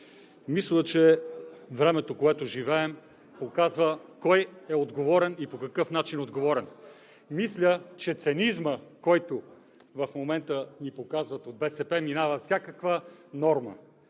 Мисля, че времето, в което живеем, показва кой е отговорен и по какъв начин е отговорен. Мисля, че цинизмът, който в момента ни показват от БСП, минава всякаква норма.